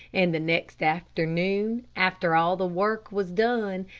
and the next afternoon, after all the work was done,